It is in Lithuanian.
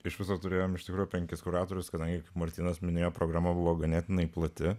iš viso turėjome iš tikro penkis kuratorius kadangi martynas minėjo programa buvo ganėtinai plati